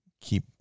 keep